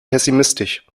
pessimistisch